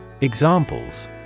Examples